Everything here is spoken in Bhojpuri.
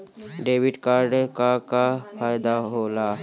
डेबिट कार्ड क का फायदा हो ला?